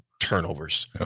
turnovers